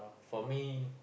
for me